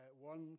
one